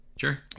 Sure